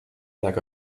lack